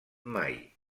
mai